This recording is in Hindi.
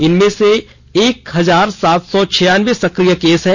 इनमें एक हजार सात सौ छियानबे सक्रिय केस हैं